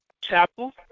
chapel